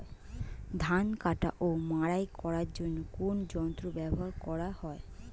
ধান কাটা ও মাড়াই করার জন্য কোন যন্ত্র ব্যবহার করা হয়?